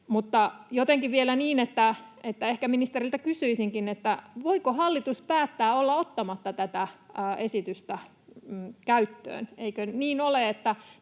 Mutta jotenkin vielä mietin, ja ehkä ministeriltä kysyisinkin: Voiko hallitus päättää olla ottamatta tätä esitystä käyttöön? Eikö niin ole,